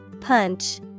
Punch